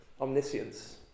omniscience